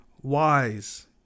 wise